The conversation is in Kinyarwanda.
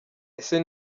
ese